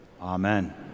Amen